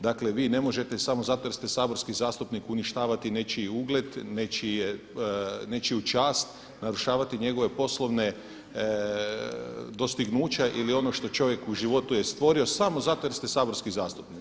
Dakle vi ne možete samo zato jer ste saborski zastupnik uništavati nečiji ugled, nečiju čast, narušavati njegove poslovna dostignuća ili ono što čovjek u životu je stvorio samo zato jer ste saborski zastupnik.